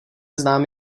znám